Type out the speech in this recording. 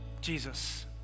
Jesus